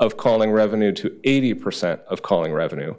of calling revenue to eighty percent of calling revenue